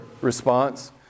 response